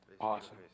Awesome